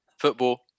Football